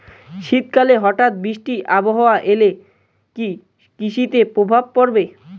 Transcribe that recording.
শীত কালে হঠাৎ বৃষ্টি আবহাওয়া এলে কি কৃষি তে প্রভাব পড়বে?